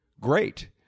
Great